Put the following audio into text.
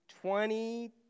twenty